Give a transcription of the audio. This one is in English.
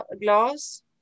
glass